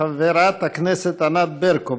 חברת הכנסת ענת ברקו,